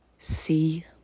See